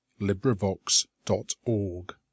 LibriVox.org